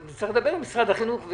צריך לדבר עם משרד החינוך.